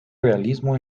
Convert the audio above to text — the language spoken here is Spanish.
realismo